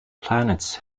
planets